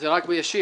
וזה רק בישיר.